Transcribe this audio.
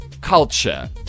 culture